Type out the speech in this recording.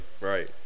right